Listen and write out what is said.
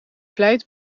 vlijt